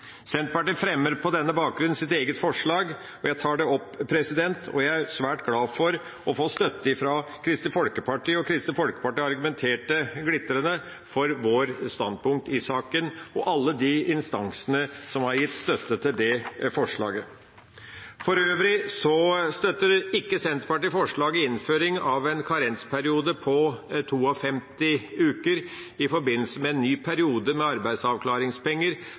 Senterpartiet fremmer på denne bakgrunn sitt eget forslag, og jeg tar det opp. Jeg er svært glad for å få støtte fra Kristelig Folkeparti – Kristelig Folkeparti argumenterte glitrende for vårt standpunkt i saken – og fra alle de instansene som har gitt støtte til dette forslaget. For øvrig støtter Senterpartiet ikke innføring av en karensperiode på 52 uker i forbindelse med en ny periode med arbeidsavklaringspenger,